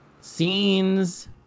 scenes